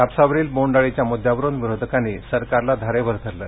कापसावरील बोंड अळीच्या मुद्यावरून विरोधकांनी सरकारला धारेवर धरलं